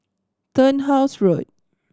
Turnhouse Road